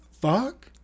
fuck